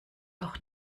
auch